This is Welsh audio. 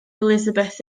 elizabeth